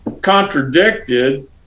contradicted